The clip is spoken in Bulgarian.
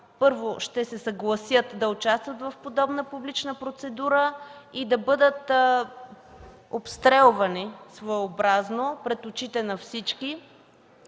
ще се съгласят да участват в подобна публична процедура и да бъдат обстрелвани своеобразно пред очите на всички.